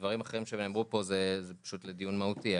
דברים אחרים שנאמרו פה זה פשוט לדיון מהותי.